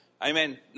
Amen